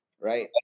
right